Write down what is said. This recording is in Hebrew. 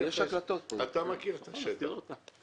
אתה מכיר את השטח.